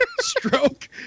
stroke